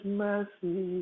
mercy